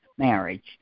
marriage